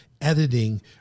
editing